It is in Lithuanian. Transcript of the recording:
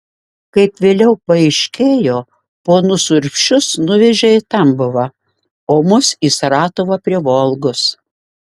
kaip vėliau paaiškėjo ponus urbšius nuvežė į tambovą o mus į saratovą prie volgos